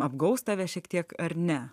apgaus tave šiek tiek ar ne